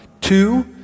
Two